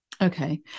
Okay